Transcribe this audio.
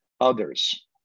others